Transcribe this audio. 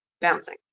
bouncing